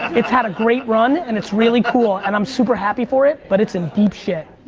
it's had a great run, and it's really cool, and i'm super happy for it, but it's in deep shit.